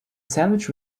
sandwich